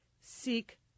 seek